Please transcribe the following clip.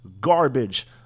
garbage